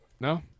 no